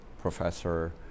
professor